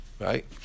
Right